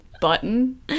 Button